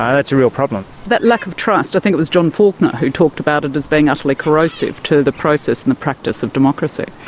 that's a real problem. that lack of trust, i think it was john faulkner who talked about it as being utterly corrosive to the process and the practice of democracy.